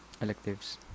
electives